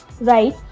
Right